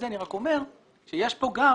ואני אומר שיש כאן גם